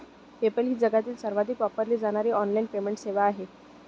PayPal ही जगातील सर्वाधिक वापरली जाणारी ऑनलाइन पेमेंट सेवा आहे